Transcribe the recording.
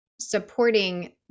supporting